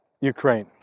Ukraine